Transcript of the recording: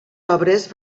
obres